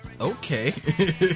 Okay